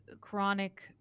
chronic